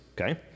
okay